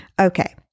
Okay